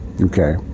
Okay